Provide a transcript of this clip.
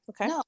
Okay